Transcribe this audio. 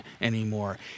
anymore